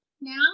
now